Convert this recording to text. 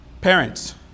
Parents